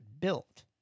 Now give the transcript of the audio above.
built